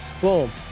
Boom